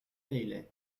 paisley